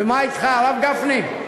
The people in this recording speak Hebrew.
ומה אתך, הרב גפני?